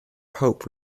hope